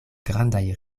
grandaj